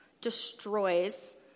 destroys